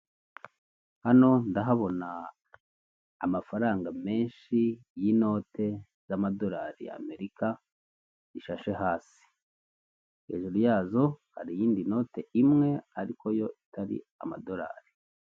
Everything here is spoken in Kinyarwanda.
Hano ndahabona amafaranga menshi y'inote z'amadorari ya Amerika zishashe hasi. Hejuru yazo hari iyindi noti imwe ariko yo itari amadorari.